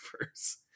first